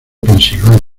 pensilvania